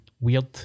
weird